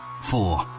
Four